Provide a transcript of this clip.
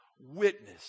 witness